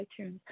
iTunes